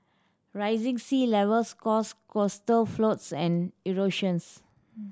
rising sea levels cause coastal floods and erosions